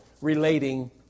relating